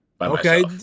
Okay